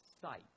sight